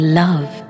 love